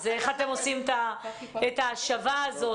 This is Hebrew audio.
איך אתם עושים את ההשבה הזאת?